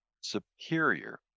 superior